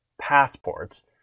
passports